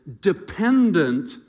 dependent